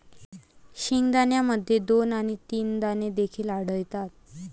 शेंगदाण्यामध्ये दोन आणि तीन दाणे देखील आढळतात